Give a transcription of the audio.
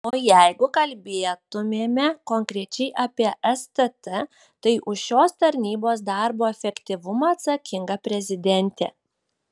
o jeigu kalbėtumėme konkrečiai apie stt tai už šios tarnybos darbo efektyvumą atsakinga prezidentė